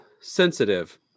sensitive